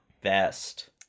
best